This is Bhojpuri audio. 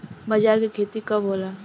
बजरा के खेती कब होला?